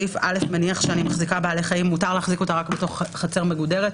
סעיף (א) מניח שמותר להחזיק בעלי חיים רק בתוך חצר מגודרת,